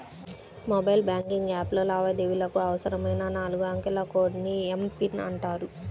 mobile banking యాప్లో లావాదేవీలకు అవసరమైన నాలుగు అంకెల కోడ్ ని ఎమ్.పిన్ అంటారు